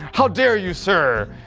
how dare you, sir!